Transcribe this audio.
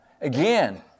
Again